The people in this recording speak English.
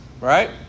Right